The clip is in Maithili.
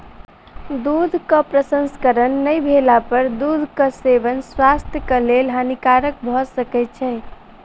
दूधक प्रसंस्करण नै भेला पर दूधक सेवन स्वास्थ्यक लेल हानिकारक भ सकै छै